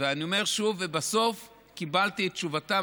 ואני אומר שוב: בסוף קיבלתי את תשובתם,